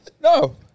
No